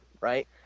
right